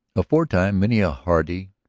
aforetime many a hardy,